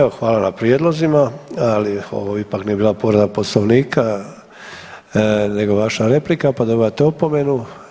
Evo hvala na prijedlozima, ali ovo ipak nije bila povreda Poslovnika nego vaša replika, pa dobivate opomenu.